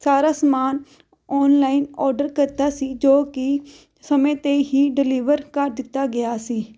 ਸਾਰਾ ਸਮਾਨ online order ਕੀਤਾ ਸੀ ਜੋ ਕਿ ਸਮੇਂ 'ਤੇ ਹੀ ਡਿਲੀਵਰ ਕਰ ਦਿੱਤਾ ਗਿਆ ਸੀ